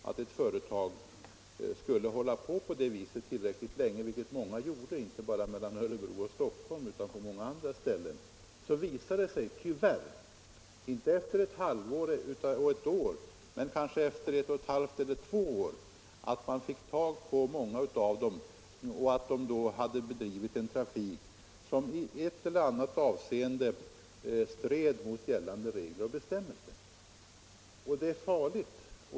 Om företag håller på på det sättet, inte ett halvt eller ett år utan flera år — vilket många av dem gjorde — finner man till slut att många av dem hade bedrivit en trafik som i ett eller annat avseende stred mot gällande regler och bestämmelser. Sådant är farligt.